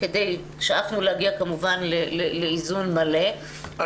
שאפנו להגיע כמובן לאיזון מלא,